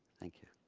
thank you.